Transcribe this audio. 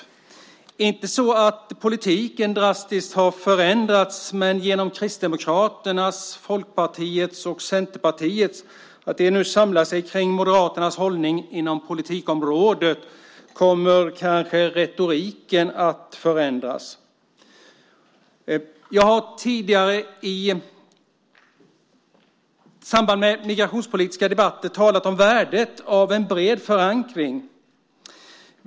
Det är inte så att politiken drastiskt har förändrats, men genom att Kristdemokraterna, Folkpartiet och Centerpartiet nu samlar sig kring Moderaternas hållning inom politikområdet kommer kanske retoriken att förändras. Jag har tidigare i samband med migrationspolitiska debatter talat om värdet av en bred förankring.